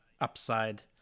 upside